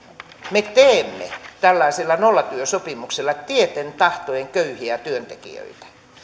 me teemme tällaisilla nollatyösopimuksilla tieten tahtoen köyhiä työntekijöitä